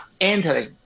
entering